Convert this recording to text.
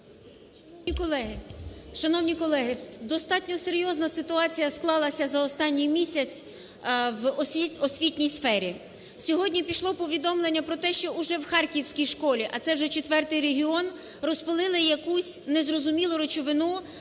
Шановні колеги! Достатньо серйозна ситуація склалася за останній місяць в освітній сфері. Сьогодні пішло повідомлення про те, що вже в харківській школі, а це вже четвертий регіон, розпилили якусь незрозумілу речовину,